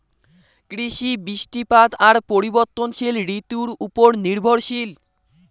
কৃষি, বৃষ্টিপাত আর পরিবর্তনশীল ঋতুর উপর নির্ভরশীল